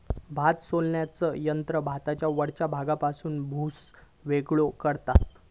भात सोलण्याचा यंत्र भाताच्या वरच्या भागापासून भुसो वेगळो करता